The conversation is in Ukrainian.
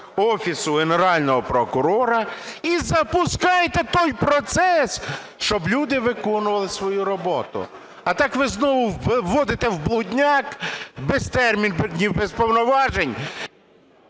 Офісу Генерального прокурора і запускайте той процес, щоб люди виконували свою роботу. А так знову вводите в блудняк, без термінів, без повноважень…